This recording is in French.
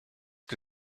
que